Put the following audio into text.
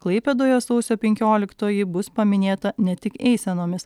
klaipėdoje sausio penkioliktoji bus paminėta ne tik eisenomis